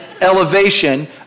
elevation